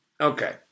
Okay